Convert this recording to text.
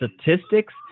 statistics